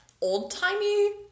old-timey